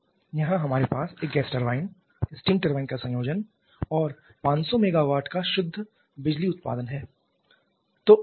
यहां हमारे पास एक गैस टरबाइन स्टीम टरबाइन का संयोजन और 500 मेगावाट का शुद्ध बिजली उत्पादन है